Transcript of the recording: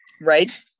Right